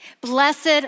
blessed